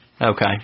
Okay